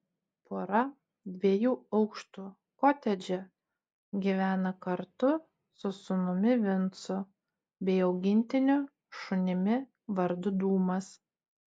pora dviejų aukštų kotedže gyvena kartu su sūnumi vincu bei augintiniu šunimi vardu dūmas